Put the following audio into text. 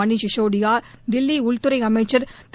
மனீஷ் சிசோடியா தில்லி உள்துறை அமைச்சா் திரு